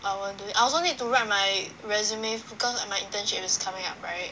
I will do it I also need to write my resume cause of my internship is coming up right